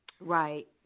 Right